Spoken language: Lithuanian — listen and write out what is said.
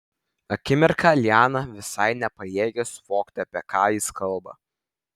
akimirką liana visai nepajėgė suvokti apie ką jis kalba